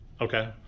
okay